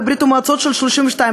בברית-המועצות של 1932,